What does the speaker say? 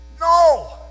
No